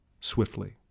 swiftly